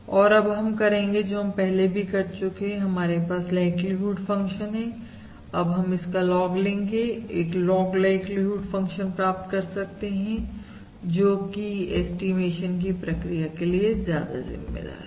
और अब हम करेंगे जो हम पहले भी कर चुके हैं हमारे पास लाइक्लीहुड फंक्शन है अब हम इसका लॉग लेंगे एक लॉग लाइक्लीहुड फंक्शन प्राप्त कर सकते हैं जो कि ऐस्टीमेशन की प्रक्रिया के लिए ज्यादा जिम्मेदार है